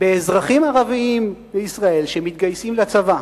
באזרחים ערבים בישראל שמתגייסים לצבא,